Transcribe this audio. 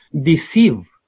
deceive